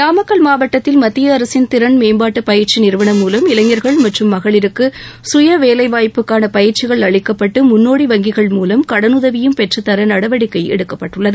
நாமக்கல் மாவட்டத்தில் மத்திய அரசின் திறன்மேம்பாட்டு பயிற்சி நிறுவனம் மூலம் இளைஞர்கள் மற்றும் மகளிருக்கு சுயவேலை வாய்ப்புக்கான பயிற்சிகள் அளிக்கப்பட்டு முன்னோடி வங்கிகள் மூலம் கடனுதவியும் பெற்றுத்தர நடவடிக்கை எடுக்கப்பட்டுள்ளது